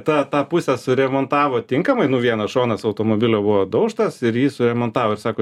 ta tą pusę suremontavo tinkamai nu vienas šonas automobilio buvo daužtas ir jį suremontavo ir sako